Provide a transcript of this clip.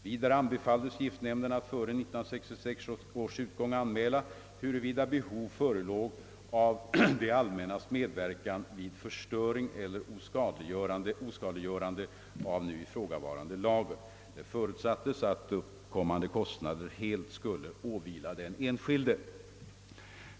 Vidare anbefalldes giftnämnden att före 1966 års utgång anmäla, huruvida behov förelåg av det allmännas medverkan vid förstöring eller oskadliggörande av nu ifrågavarande lager. Det förutsattes, att uppkommande kostnader helt skulle åvila den enskilde.